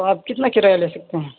تو آپ کتنا کرایہ لے سکتے ہیں